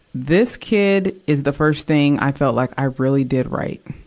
this kid is the first thing i felt like i really did right,